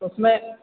उसमें